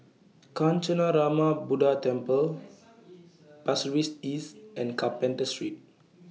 Kancanarama Buddha Temple Pasir Ris East and Carpenter Street